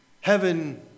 heaven